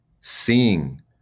seeing